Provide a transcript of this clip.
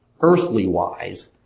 earthly-wise